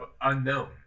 unknown